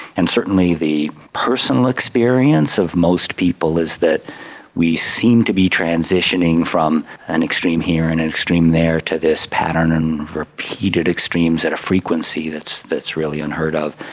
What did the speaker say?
and certainly the personal experience of most people is that we seem to be transitioning from an extreme here and an extreme there to this pattern of repeated extremes at a frequency that's that's really unheard of.